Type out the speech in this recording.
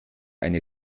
eine